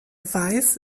weiß